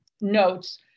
notes